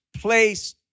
place